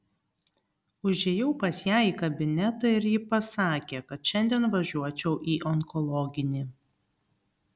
užėjau pas ją į kabinetą ir ji pasakė kad šiandien važiuočiau į onkologinį